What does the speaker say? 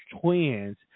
twins